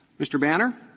mr. banner.